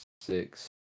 six